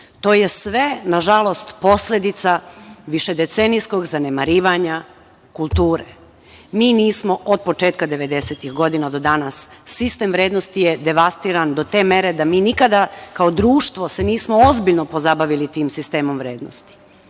to je sve na žalost posledica višedecenijskog zanemarivanja kulture. Mi nismo od početka devedesetih godina do danas, sistem vrednosti je devastiran do te mere, da mi nikada kao društvo se nismo ozbiljno pozabavili tim sistemom vrednosti.